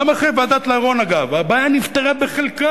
גם אחרי ועדת-לרון, אגב, הבעיה נפתרה בחלקה,